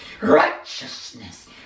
righteousness